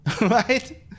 Right